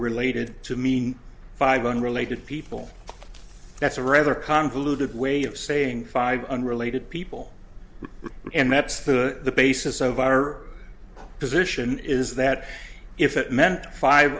related to mean five unrelated people that's a rather convoluted way of saying five unrelated people and that's the basis of our position is that if it meant five